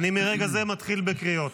אני מרגע זה מתחיל בקריאות.